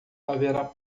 haverá